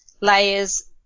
layers